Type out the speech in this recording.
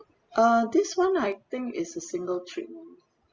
uh this one I think is a single trip one